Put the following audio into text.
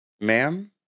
Ma'am